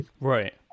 Right